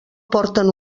porten